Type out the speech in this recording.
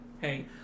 hey